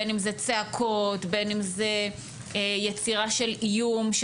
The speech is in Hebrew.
בין אם זה צעקות או יצירה של איום.